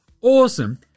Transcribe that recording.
Awesome